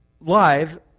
Live